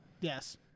Yes